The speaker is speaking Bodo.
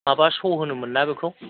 माबा स' होनोमोनना बेखौ